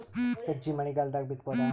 ಸಜ್ಜಿ ಮಳಿಗಾಲ್ ದಾಗ್ ಬಿತಬೋದ?